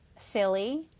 silly